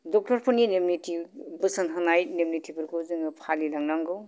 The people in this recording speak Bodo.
डक्टरफोरनि नेम निति बोसोन होनाय नेम नितिफोरखौ जोङो फालिलांनांगौ